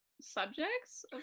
subjects